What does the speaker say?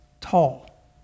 tall